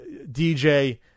DJ